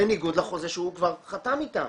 בניגוד לחוזה שהוא כבר חתם איתם,